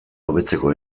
hobetzeko